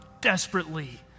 desperately